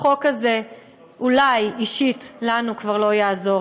"לנו אישית החוק הזה אולי כבר לא יעזור",